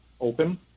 open